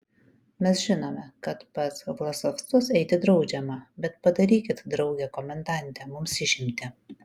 mes žinome kad pas vlasovcus eiti draudžiama bet padarykit drauge komendante mums išimtį